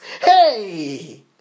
Hey